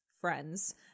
friends